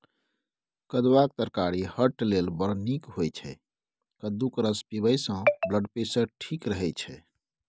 कद्दुआक तरकारी हार्ट लेल बड़ नीक होइ छै कद्दूक रस पीबयसँ ब्लडप्रेशर ठीक रहय छै